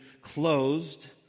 closed